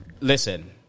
listen